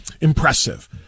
impressive